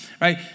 right